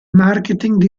marketing